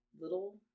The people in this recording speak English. little